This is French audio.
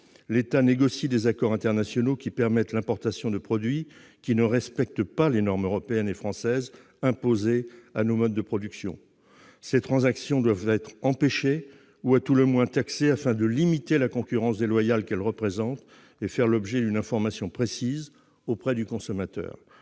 L'État négocie des accords internationaux qui permettent l'importation de produits ne respectant pas les normes européennes et françaises imposées à nos producteurs. Ces transactions doivent être empêchées ou, à tout le moins, taxées, afin de limiter la concurrence déloyale qu'elles représentent, et faire l'objet d'une information précise auprès du consommateur.